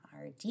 RD